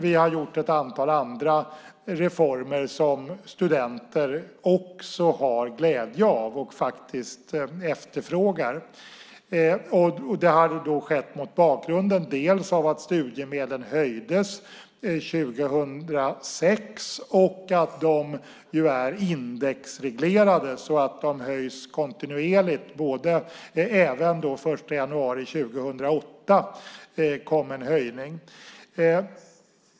Vi har genomfört ett antal andra reformer som studenter också har glädje av och efterfrågar. Det har skett mot bakgrunden av att studiemedlen höjdes 2006 och att de är indexreglerade så att de höjs kontinuerligt. Även den 1 januari 2008 kom en höjning.